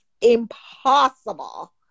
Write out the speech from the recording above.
impossible